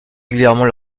régulièrement